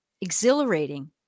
exhilarating